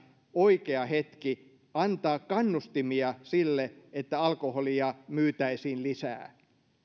oikea hetki antaa kannustimia sille että alkoholia myytäisiin lisää